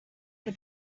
its